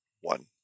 one